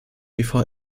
before